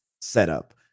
setup